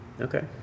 okay